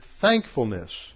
thankfulness